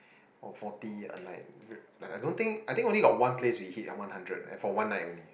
or forty a night uh I don't think I think only got one place we hit like one hundred for one night only